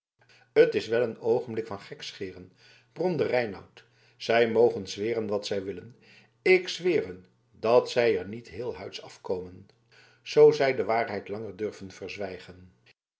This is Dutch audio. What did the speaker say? t is wel een oogenblik van gekscheren bromde reinout zij mogen zweren wat zij willen ik zweer hun dat zij er niet heelhuids afkomen zoo zij de waarheid langer durven verzwijgen